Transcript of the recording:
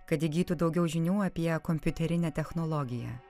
kad įgytų daugiau žinių apie kompiuterinę technologiją